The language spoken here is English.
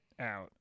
out